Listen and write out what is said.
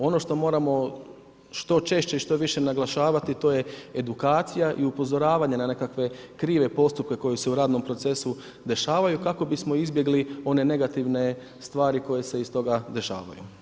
Ono što moramo što češće i što više naglašavati to je edukacija i upozoravanje na nekakve krive postupke koji se u radnom procesu dešavaju kako bismo izbjegli one negativne stvari koje se iz toga dešavaju.